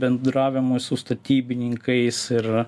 bendravimui su statybininkais ir